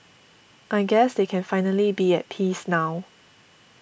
I guess they can finally be at peace now